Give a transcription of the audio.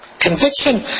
Conviction